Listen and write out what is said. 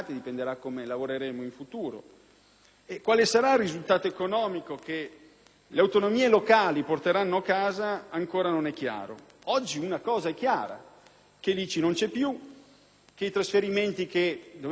Quale sarà il risultato economico che le autonomie locali porteranno a casa ancora non è chiaro. Oggi una cosa è chiara: che l'ICI non c'è più, che i trasferimenti che dovevano sostituire l'ICI non sono sufficienti,